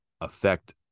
Affect